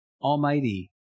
Almighty